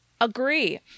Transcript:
Agree